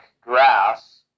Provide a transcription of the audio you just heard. grass